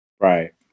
Right